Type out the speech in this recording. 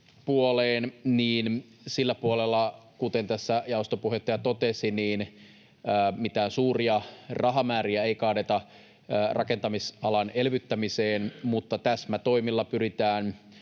sillä puolella, kuten tässä jaoston puheenjohtaja totesi, mitään suuria rahamääriä ei kaadeta rakentamisalan elvyttämiseen. Mutta täsmätoimilla pyritään